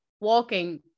walking